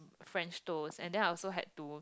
french toast and then I also had to